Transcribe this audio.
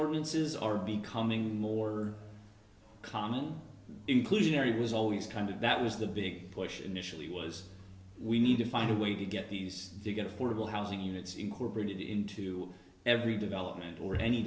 ordinances are becoming more common inclusionary was always kind of that was the big push initially was we need to find a way to get these to get affordable housing units incorporated into every development or any